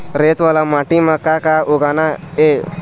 रेत वाला माटी म का का उगाना ये?